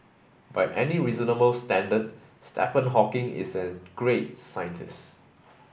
by any reasonable standard Stephen Hawking is a great scientist